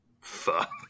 Fuck